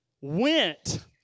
went